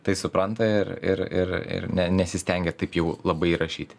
tai supranta ir ir ir ir ne nesistengia taip jau labai rašyti